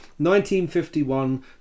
1951